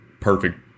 perfect